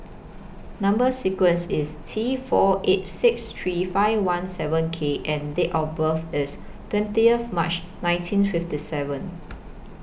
Number sequence IS T four eight six three five one seven K and Date of birth IS twentieth March nineteen fifty seven